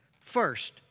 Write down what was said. First